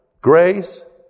grace